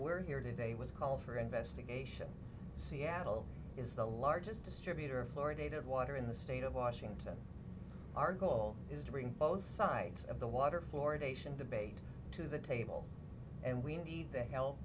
we're here today was call for investigation seattle is the largest distributor of floor data of water in the state of washington our goal is to bring both sides of the water fluoridation debate to the table and we need the help